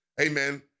Amen